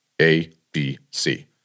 A-B-C